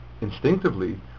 instinctively